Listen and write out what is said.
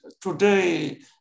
today